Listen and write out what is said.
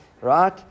right